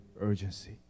urgency